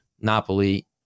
Napoli